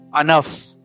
enough